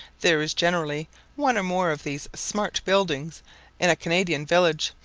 there is generally one or more of these smart buildings in a canadian village,